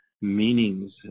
meanings